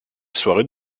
soirée